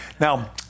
Now